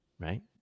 right